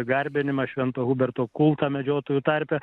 garbinimą švento huberto kultą medžiotojų tarpe